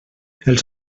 els